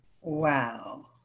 Wow